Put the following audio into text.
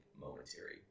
momentary